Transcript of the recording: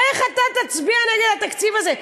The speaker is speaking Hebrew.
איך אתה תצביע נגד התקציב הזה?